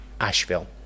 Asheville